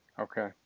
Okay